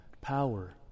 power